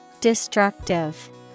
destructive